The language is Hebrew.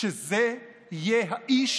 שזה יהיה האיש